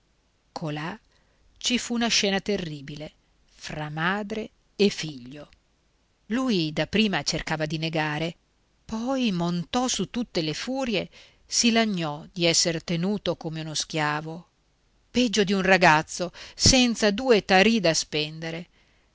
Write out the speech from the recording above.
colà ci fu una scena terribile fra madre e figlio lui da prima cercava di negare poi montò su tutte le furie si lagnò di esser tenuto come uno schiavo peggio di un ragazzo senza due tarì da spendere